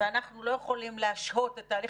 ואנחנו לא יכולים להשהות את תהליך